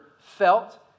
felt